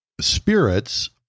spirits